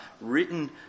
written